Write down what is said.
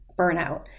burnout